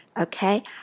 Okay